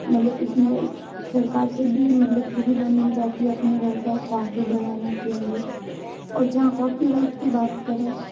मतलब इसमें सरकार से भी मतलब सुविधा मिल जाती है अपने व्यवसाय को आगे बढ़ाने के लिए और जहाँ कॉपीराइट की बात करें